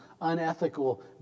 unethical